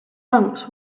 monks